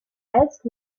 asked